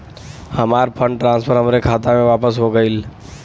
हमार fund transfer हमरे खाता मे वापस हो गईल